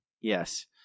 Yes